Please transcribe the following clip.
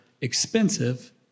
expensive